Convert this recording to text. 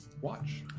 watch